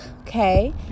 okay